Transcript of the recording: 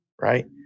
Right